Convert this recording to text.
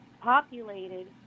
populated